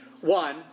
One